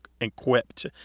equipped